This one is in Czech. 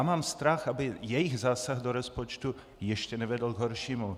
Mám strach, aby jejich zásah do rozpočtu ještě nevedl k horšímu.